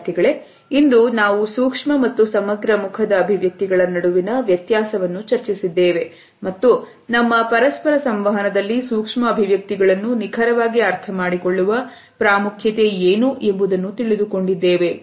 ವಿದ್ಯಾರ್ಥಿಗಳೇ ಇಂದು ನಾವು ಸೂಕ್ಷ್ಮ ಮತ್ತು ಸಮಗ್ರ ಮುಖದ ಅಭಿವ್ಯಕ್ತಿಗಳ ನಡುವಿನ ವ್ಯತ್ಯಾಸವನ್ನು ಚರ್ಚಿಸಿದ್ದೇವೆ ಮತ್ತು ನಮ್ಮ ಪರಸ್ಪರ ಸಂವಹನದಲ್ಲಿ ಸೂಕ್ಷ್ಮ ಅಭಿವ್ಯಕ್ತಿಗಳನ್ನು ನಿಖರವಾಗಿ ಅರ್ಥಮಾಡಿಕೊಳ್ಳುವ ಪ್ರಾಮುಖ್ಯತೆ ಏನು ಎಂಬುದನ್ನು ತಿಳಿದುಕೊಂಡಿದ್ದೇವೆ